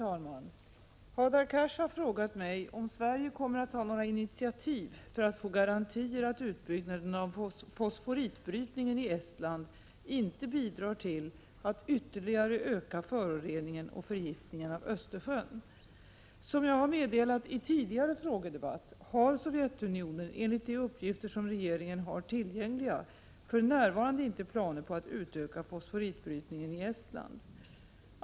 Fru talman! Hadar Cars har frågat mig om Sverige kommer att ta några initiativ för att få garantier att utbyggnaden av fosforitbrytningen i Estland inte bidrar till att ytterligare öka föroreningen och förgiftningen av Östersjön. Som jag har meddelat i tidigare frågedebatt har Sovjetunionen, enligt de uppgifter som regeringen har tillgängliga, för närvarande inte planer på att utöka fosforitbrytningen i Estland.